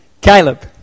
Caleb